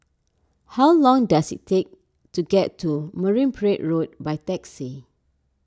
how long does it take to get to Marine Parade Road by taxi